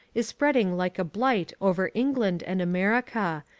is spreading like a blight over england and america,